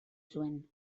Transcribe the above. zuen